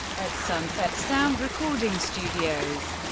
at sunset sound recording studios.